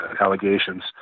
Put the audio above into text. allegations